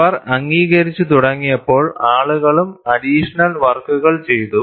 അവർ അംഗീകരിച്ചു തുടങ്ങിയപ്പോൾ ആളുകളും അഡിഷണൽ വർക്കുകൾ ചെയ്തു